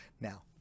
Now